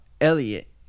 Elliot